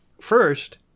first